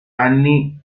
anni